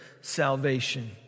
salvation